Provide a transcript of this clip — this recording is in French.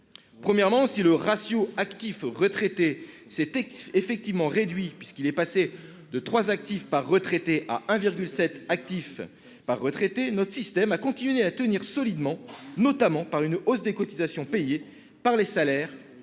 ratio entre les actifs et les retraités s'est effectivement réduit, puisqu'il est passé de 3 actifs par retraité à 1,7 actif par retraité, notre système a continué à tenir solidement, notamment grâce à une hausse des cotisations payées par ces mêmes